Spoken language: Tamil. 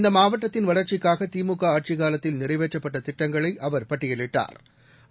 இந்தமாவட்டத்தின் வளர்ச்சிக்காகதிமுகஆட்சிக்காலத்தில் நிறைவேற்றப்பட்டதிட்டங்களைஅவர் பட்டியலிட்டாா்